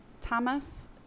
thomas